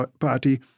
Party